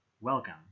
welcome